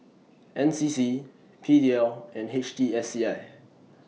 N C C P D L and H T S C I